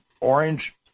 orange